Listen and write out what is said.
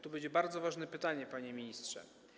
Tu będzie bardzo ważne pytanie, panie ministrze.